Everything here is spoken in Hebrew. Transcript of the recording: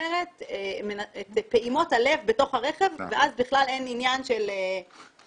שסופרת את פעימות הלב בתוך הרכב ואז בכלל אין עניין של פרטיות.